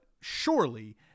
surely